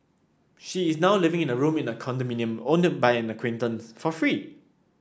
she is now living in a room in a condominium owned by an acquaintance for free